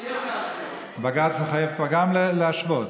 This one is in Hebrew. פסיקת בג"ץ בנושא.